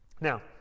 Now